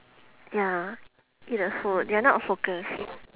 ya eat the food they are not focused